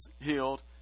healed